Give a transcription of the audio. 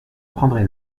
prendrai